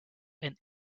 and